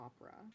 opera